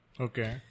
Okay